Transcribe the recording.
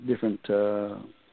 different